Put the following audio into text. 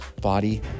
body